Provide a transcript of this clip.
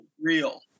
real